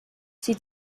sie